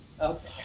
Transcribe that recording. Okay